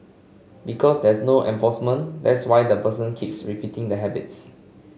because there's no enforcement that's why the person keeps repeating the habits